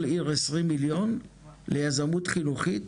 כל עיר 20 מיליון ליזמות חינוכית,